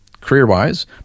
career-wise